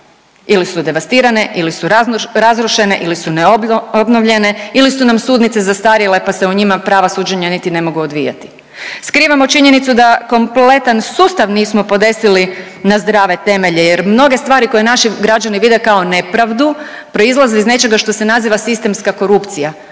Ili su devastirane ili su razrušene ili su neobnovljene ili su nam sudnice zastarjele pa se u njima prava suđenja niti ne ogu odvijati. Skrivamo činjenicu da kompletan sustav nismo podesili na zdrave temelje jer mnoge stvari koje naši građani vide kao nepravdu, proizlazi iz nečega što se naziva sistemska korupcijska,